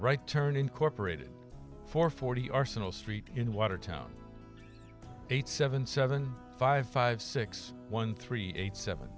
right turn incorporated four forty arsenal street in watertown eight seven seven five five six one three eight seven